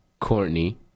Courtney